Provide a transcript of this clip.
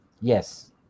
Yes